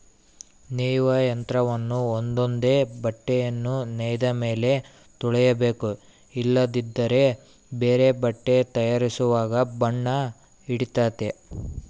ನೇಯುವ ಯಂತ್ರವನ್ನ ಒಂದೊಂದೇ ಬಟ್ಟೆಯನ್ನು ನೇಯ್ದ ಮೇಲೆ ತೊಳಿಬೇಕು ಇಲ್ಲದಿದ್ದರೆ ಬೇರೆ ಬಟ್ಟೆ ತಯಾರಿಸುವಾಗ ಬಣ್ಣ ಹಿಡಿತತೆ